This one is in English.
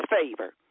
favor